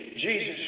Jesus